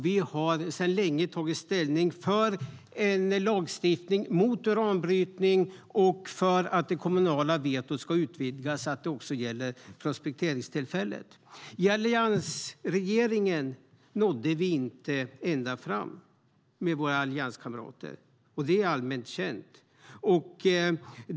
Vi tog för länge sedan ställning för en lagstiftning mot uranbrytning och för att det kommunala vetot ska utvidgas så att det också gäller prospekteringstillfället. I alliansregeringen nådde vi inte ända fram. Det är allmänt känt.